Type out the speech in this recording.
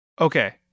Okay